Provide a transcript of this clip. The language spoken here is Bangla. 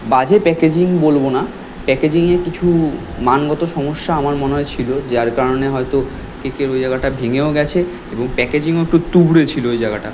বাজে প্যাকেজিং বলব না প্যাকেজিংয়ে কিছু মানগত সমস্যা আমার মনে হয় ছিল যার কারণে হয়তো কেকের ওই জায়গাটা ভেঙেও গিয়েছে এবং প্যাকেজিংও একটু তুবড়ে ছিল ওই জায়গাটা